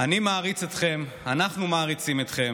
אני מעריץ אתכם, אנחנו מעריצים אתכם,